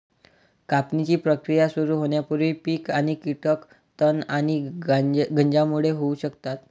कापणीची प्रक्रिया सुरू होण्यापूर्वी पीक आणि कीटक तण आणि गंजांमुळे होऊ शकतात